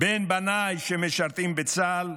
בין בניי, שמשרתים בצה"ל,